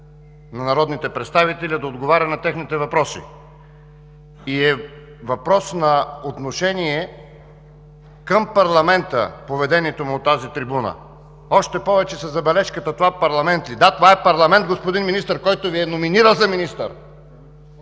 на народните представители, а да отговаря на техните въпроси! И е въпрос на отношение към парламента поведението му от тази трибуна. Още повече и със забележката „Това парламент ли е?“ Да, това е парламент, господин Министър, който Ви е номинирал за министър!